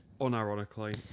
Unironically